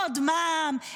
עוד מע"מ,